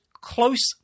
close